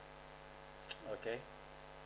okay